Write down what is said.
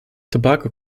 tobacco